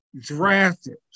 drafted